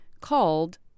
called